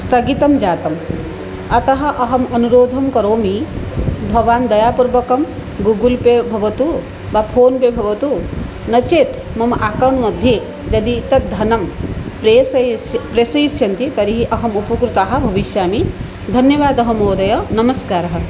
स्थगितं जातम् अतः अहम् अनुरोधं करोमि भवान् दयापूर्वकं गूगुल् पे भवतु वा फोन् पे भवतु नो चेत् मम अकौण्ट् मध्ये यदि तत् धनं प्रेषयिष्यति प्रेषयिष्यति तर्हि अहम् उपकृता भविष्यामि धन्यवादः महोदय नमस्कारः